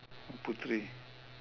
putri